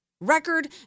Record